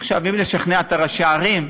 עכשיו, אם לשכנע את ראשי הערים,